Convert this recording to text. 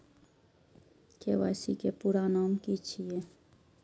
KYC के पूरा नाम की छिय?